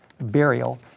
burial